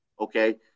Okay